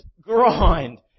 grind